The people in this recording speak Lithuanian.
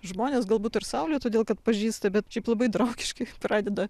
žmones galbūt ir saulių todėl kad pažįsta bet šiaip labai draugiškai pradeda